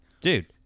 dude